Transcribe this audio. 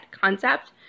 concept